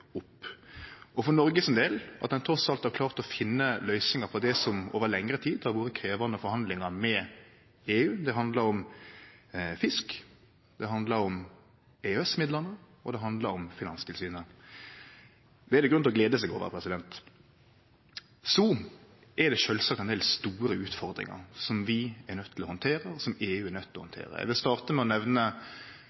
opp – og at ein for Noreg sin del trass alt har klart å finne løysingar på det som over lengre tid har vore krevjande forhandlingar med EU. Det handlar om fisk, det handlar om EØS-midlane, og det handlar om Finanstilsynet. Det er det grunn til å glede seg over. Så er det sjølvsagt ein del store utfordringar som vi er nøydde til å handtere, og som EU er nøydd til å